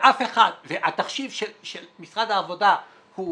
התחשיב של משרד העבודה הוא